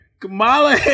Kamala